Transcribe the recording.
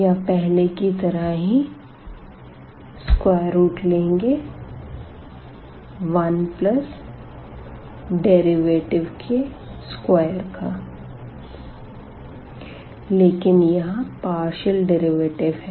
यहाँ पहले की तरह ही स्क्वायर रूट लेंगे 1 जमा डेरिवेटिव के स्क्वायर का लेकिन यहां पार्शियल डेरिवेटिव है